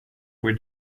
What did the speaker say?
were